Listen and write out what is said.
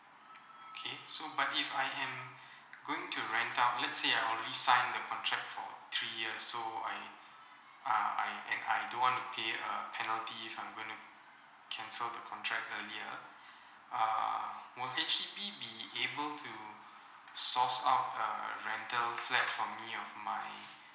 okay so but if I am going to rent out let say I already signed the contract for three years so I uh I err I don't want to pay a penalty if I'm going to cancel the contract earlier uh will H_D_B be able to source out a rental flat for me of my